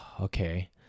okay